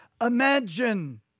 imagine